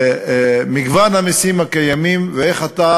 מגוון המסים הקיימים, ואיך אתה